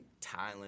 Thailand